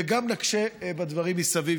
וגם בדברים מסביב,